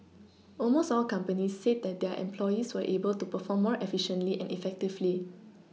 almost all companies said that their employees were able to perform more efficiently and effectively